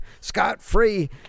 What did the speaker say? scot-free